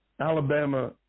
Alabama